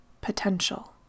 potential